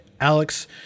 Alex